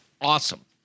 awesome